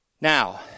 Now